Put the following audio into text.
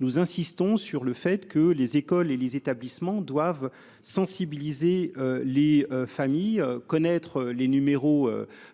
Nous insistons sur le fait que les écoles et les établissements doivent sensibiliser les familles connaître les numéros